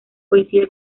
coincide